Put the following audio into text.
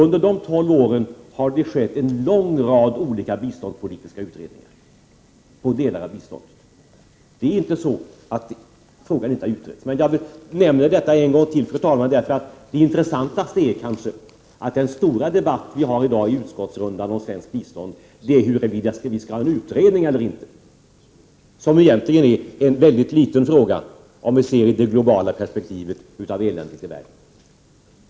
Under de 12 åren har det företagits en lång rad olika biståndspolitiska utredningar om delar av biståndet. Det är inte så att frågan inte har utretts. Jag nämner detta en gång till, fru talman, därför att det intressantaste kanske är att den stora debatten i dag i utskottsrundan om svenskt bistånd gäller huruvida vi skall ha en utredning eller inte, vilket egentligen är en ytterst liten fråga, om vi ser eländet i världen i det globala perspektivet.